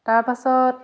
তাৰ পাছত